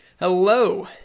Hello